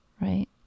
right